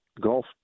golf